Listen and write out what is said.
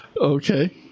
Okay